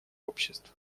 обществ